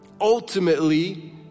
Ultimately